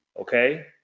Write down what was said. Okay